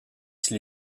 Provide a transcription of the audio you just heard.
qui